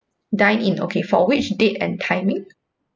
dine in okay for which date and timing